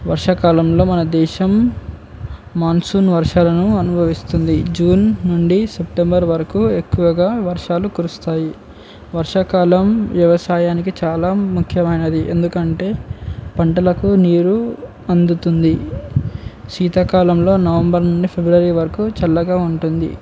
వర్షాకాలంలో మన దేశం మాన్సూన్ వర్షాలను అనుభవిస్తుంది జూన్ నుండి సెప్టెంబర్ వరకు ఎక్కువగా వర్షాలు కురుస్తాయి వర్షాకాలం వ్యవసాయానికి చాలా ముఖ్యమైనది ఎందుకంటే పంటలకు నీరు అందుతుంది శీతాకాలంలో నవంబర్ నుండి ఫిబ్రవరి వరకు చల్లగా ఉంటుంది